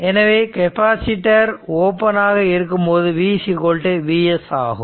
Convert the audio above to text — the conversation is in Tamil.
எனவே கெப்பாசிட்டர் ஓபன் ஆக இருக்கும்போது v Vs ஆகும்